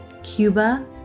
Cuba